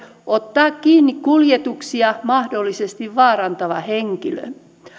ottaa kiinni kuljetuksia mahdollisesti vaarantava henkilö